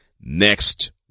next